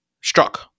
struck